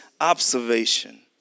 observation